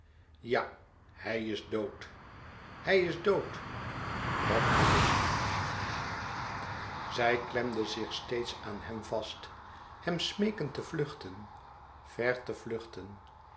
ja hij is dood hij is dood wat moet ik zij klemde zich steeds aan hem vast hem smeekend te vluchten ver te vluchten